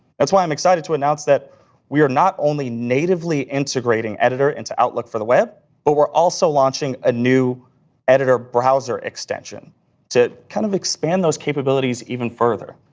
that's why i'm excited to announce that we are not only natively integrating editor into outlook for the web, but we're also launching a new editor browser extension to kinda kind of expand those capabilities even further.